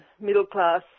middle-class